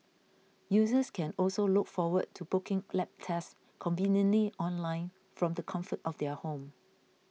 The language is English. users can also look forward to booking lab tests conveniently online from the comfort of their home